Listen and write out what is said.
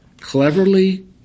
cleverly